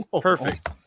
Perfect